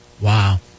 Wow